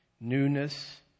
newness